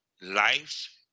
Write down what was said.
Life